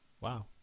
Wow